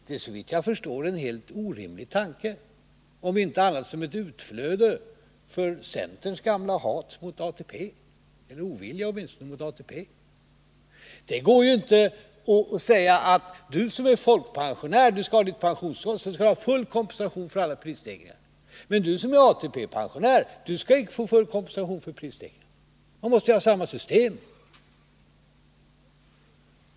Det är såvitt jag förstår en helt orimlig tanke, om inte annat ett utflöde för centerns gamla hat — eller åtminstone ovilja — mot ATP. Det går ju inte att säga att ”du som är folkpensionär skall ha ditt pensionstillskott, du skall ha full kompensation för alla prisstegringar, men du som är ATP-pensionär skall inte få full kompensation för prisstegringarna”. Man måste ju ha samma system.